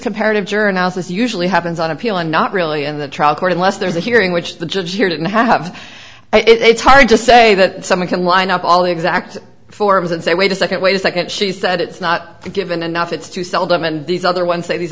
comparative journals this usually happens on appeal i'm not really in the trial court unless there's a hearing which the judge here didn't have it's hard to say that someone can line up all the exact forms and say wait a second wait a second she said it's not a given enough it's too seldom and these other ones say these